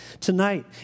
tonight